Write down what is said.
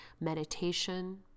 meditation